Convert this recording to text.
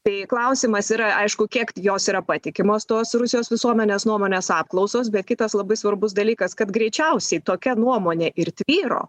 tai klausimas yra aišku kiek jos yra patikimos tos rusijos visuomenės nuomonės apklausos bet kitas labai svarbus dalykas kad greičiausiai tokia nuomonė ir tvyro